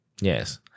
Yes